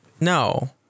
No